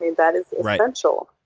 that is essential.